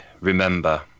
remember